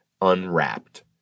unwrapped